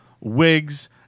wigs